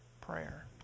prayer